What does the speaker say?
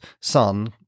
son